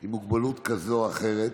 עם מוגבלות כזו או אחרת,